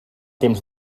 temps